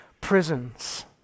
prisons